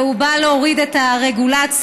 הוא בא להוריד את הרגולציה,